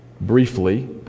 briefly